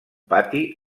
pati